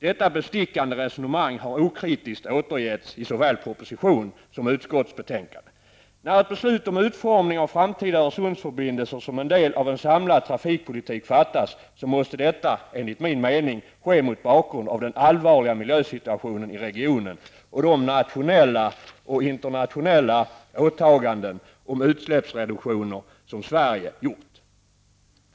Detta bestickande resonemang har okritiskt återgetts i såväl proposition som utskottsbetänkande. Öresundsförbindelser som en del av en samlad trafikpolitik fattas, måste detta enligt min mening ske mot bakgrund av den allvarliga miljösituationen i regionen och de nationella och internationella åtaganden om utsläppsreduktioner som Sverige har gjort.